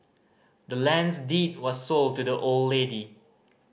the land's deed was sold to the old lady